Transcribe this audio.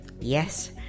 Yes